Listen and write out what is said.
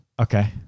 Okay